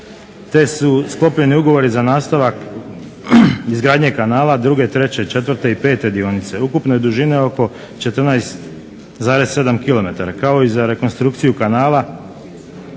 te su sklopljeni ugovori za nastavak izgradnje kanala druge, treće, četvrte i pete dionice, ukupne dužine oko 14,7 kilometara, kao i za rekonstrukciju kanala